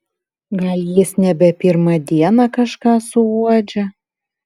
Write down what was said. gal jis nebe pirmą dieną kažką suuodžia